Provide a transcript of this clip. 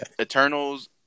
Eternals